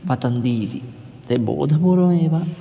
पतन्ति इति ते बोधपूर्वमेव